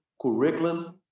curriculum